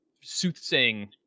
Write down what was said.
soothsaying